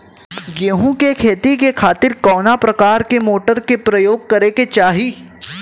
गेहूँ के खेती के खातिर कवना प्रकार के मोटर के प्रयोग करे के चाही?